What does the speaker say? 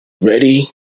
ready